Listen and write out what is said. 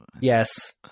Yes